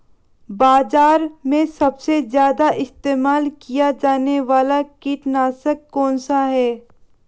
बाज़ार में सबसे ज़्यादा इस्तेमाल किया जाने वाला कीटनाशक कौनसा है?